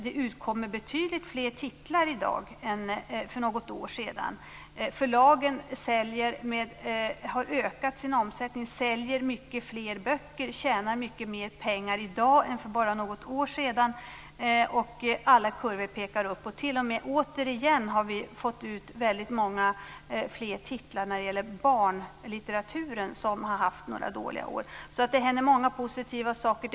Det kommer ut betydligt fler titlar i dag än för något år sedan. Förlagen har ökat sin omsättning, säljer mycket fler böcker, tjänar mycket mer pengar i dag än för bara något år sedan. Alla kurvor pekar uppåt. Återigen har vi fått ut fler titlar inom barnlitteraturen efter några dåliga år. Det händer många positiva saker.